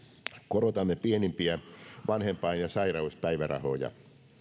korotamme pienimpiä vanhempain ja sairauspäivärahoja